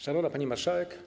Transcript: Szanowna Pani Marszałek!